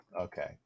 Okay